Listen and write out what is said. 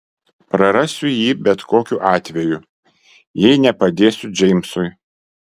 prarasiu jį bet kokiu atveju jei nepadėsiu džeimsui